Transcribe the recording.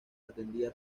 atendía